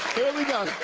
here we go.